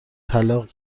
طلاق